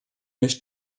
mich